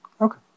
Okay